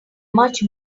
much